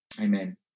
Amen